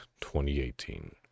2018